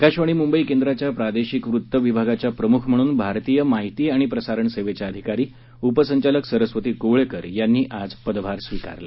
आकाशवाणी मुंबई केंद्राच्या प्रादेशिक वृत्तविभागाच्या प्रमुख म्हणून भारतीय माहिती आणि प्रसारण सेवेच्या अधिकारी उपसंचालक सरस्वती कृवळेकर यांनी आज पदभार स्विकारला